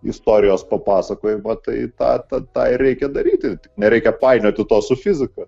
istorijos papasakojimą tai tą tą ir reikia daryti nereikia painioti to su fizika